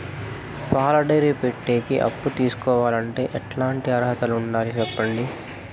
పాల డైరీ పెట్టేకి అప్పు తీసుకోవాలంటే ఎట్లాంటి అర్హతలు ఉండాలి సెప్పండి?